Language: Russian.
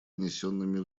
внесенными